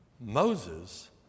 Moses